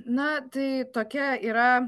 na tai tokia yra